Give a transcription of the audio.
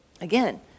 Again